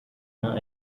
jahr